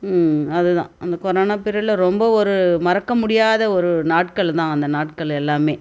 அது தான் அந்த கொரோனா பீரியடில் ரொம்ப ஒரு மறக்க முடியாத ஒரு நாட்கள் தான் அந்த நாட்கள் எல்லாமே